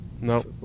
No